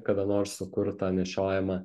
kada nors sukurtą nešiojamą